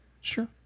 Sure